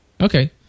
okay